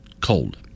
cold